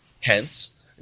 Hence